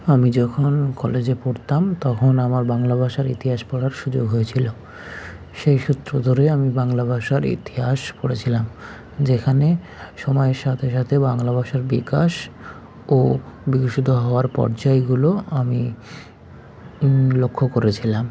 আমি যখন কলেজে পড়তাম তখন আমার বাংলা ভাষার ইতিহাস পড়ার সুযোগ হয়েছিল সেই সূত্র ধরে আমি বাংলা ভাষার ইতিহাস পড়েছিলাম যেখানে সময়ের সাথে সাথে বাংলা ভাষার বিকাশ ও বিকশিত হওয়ার পর্যায়গুলো আমি লক্ষ্য করেছিলাম